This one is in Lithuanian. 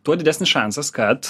tuo didesnis šansas kad